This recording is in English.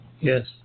Yes